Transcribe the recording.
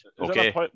Okay